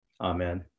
Amen